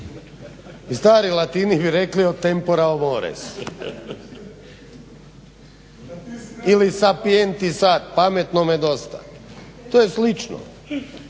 I stari latini bi rekli o tempora mores ili Sapienti sat. Pametnome dosta. To je slično,